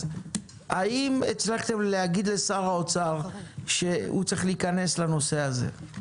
האם הצלחתם להגיד לשר האוצר שהוא צריך להיכנס לנושא הזה?